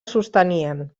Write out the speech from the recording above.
sostenien